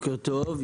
בוקר טוב,